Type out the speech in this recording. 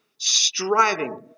striving